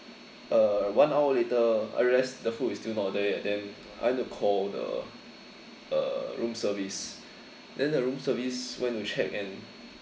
uh one hour later I realised the food is still not there then I went to call the uh room service then the room service when to check and